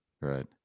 Right